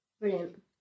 Brilliant